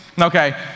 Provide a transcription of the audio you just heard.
Okay